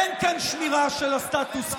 אין כאן שמירה של הסטטוס קוו.